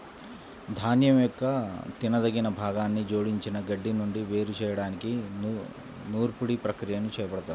ధాన్యం యొక్క తినదగిన భాగాన్ని జోడించిన గడ్డి నుండి వేరు చేయడానికి నూర్పిడి ప్రక్రియని చేపడతారు